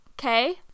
okay